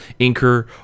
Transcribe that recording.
inker